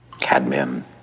Cadmium